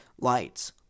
lights